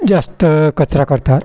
जास्त कचरा करतात